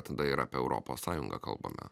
tada ir apie europos sąjungą kalbame